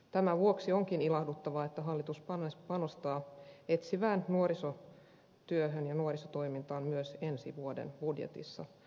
tämän vuoksi onkin ilahduttavaa että hallitus panostaa etsivään nuorisotyöhön ja nuorisotoimintaan myös ensi vuoden budjetissa